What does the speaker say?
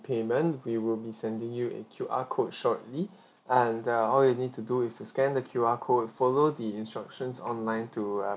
payment we will be sending you a Q_R code shortly and uh all you need to do is to scan the Q_R code follow the instructions online to uh